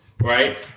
right